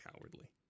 cowardly